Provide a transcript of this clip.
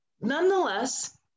nonetheless